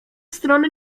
strony